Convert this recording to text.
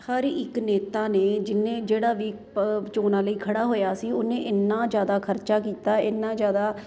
ਹਰ ਇਕ ਨੇਤਾ ਨੇ ਜਿਹਨੇ ਜਿਹੜਾ ਵੀ ਚੋਣਾਂ ਲਈ ਖੜ੍ਹਾ ਹੋਇਆ ਸੀ ਉਹਨੇ ਇੰਨਾਂ ਜ਼ਿਆਦਾ ਖਰਚਾ ਕੀਤਾ ਇੰਨਾਂ ਜ਼ਿਆਦਾ